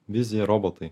vizija robotai